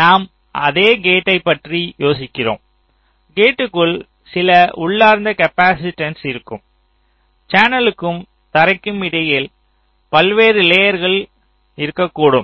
நாம் அதே கேட்டைப் பற்றி யோசிக்கிறோம் கேட்க்குள் சில உள்ளார்ந்த காப்பாசிட்டன்ஸ் இருக்கம் சேனலுக்கும் தரைக்கும் இடையில் பல்வேறு லேயர்ககள் இருக்கக்கூடும்